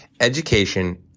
education